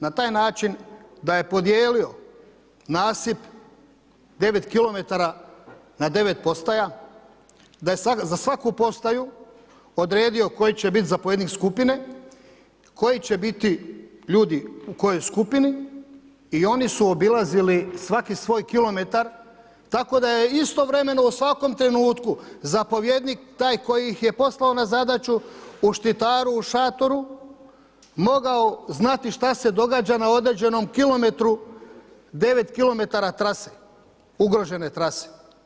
Na taj način da je podijelio nasip 9 km na 9 postaja, da je za svaku postaju odredio koji će bit zapovjednik skupine, koji će biti ljudi u kojoj skupini i oni su obilazili svaki svoj kilometar, tako da je istovremeno u svakom trenutku zapovjednik taj koji ih je poslao na zadaću u Štitaru u šatoru mogao znati šta se događa na određenom kilometru, 9 kilometara trase, ugrožene trase.